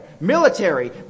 Military